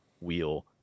wheel